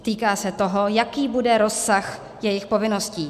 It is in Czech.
Týká se toho, jaký bude rozsah jejich povinností.